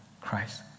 Christ